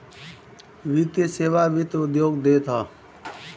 वित्तीय सेवा वित्त उद्योग देत हअ